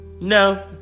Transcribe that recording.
no